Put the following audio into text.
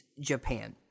Japan